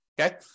Okay